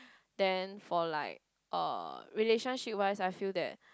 then for like uh relationship wise I feel that